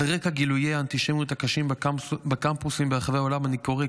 על רקע גילויי האנטישמיות הקשים בקמפוסים ברחבי העולם אני קורא,